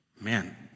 Man